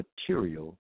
material